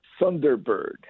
Thunderbird